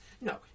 No